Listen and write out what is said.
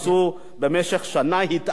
במשך שנה התעללו בהם.